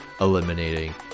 eliminating